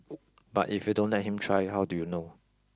but if you don't let him try how do you know